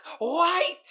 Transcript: white